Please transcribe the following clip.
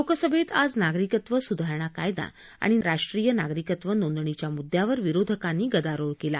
लोकसभेत आज नागरिकत्व सुधारणा कायदा आणि राष्ट्रीय नागरिकत्व नोंदणीच्या मुद्द्यावर विरोधकांनी गदारोळ केला